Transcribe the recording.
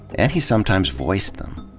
and he sometimes voiced them.